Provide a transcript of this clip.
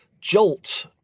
jolt